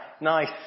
nice